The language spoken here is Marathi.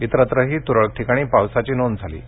इतरत्रही तुरळक ठिकाणी पावसाची नोंद झाली आहे